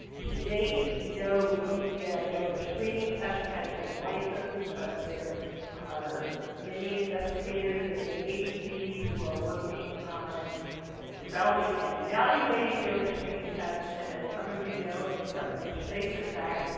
to date, no babesia donor screening test has been licensed. but there are many investigators and many agencies who are working on developing and evaluating donor screening tests. and as some of you know, in some of your states in fact,